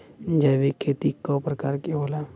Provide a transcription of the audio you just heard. जैविक खेती कव प्रकार के होला?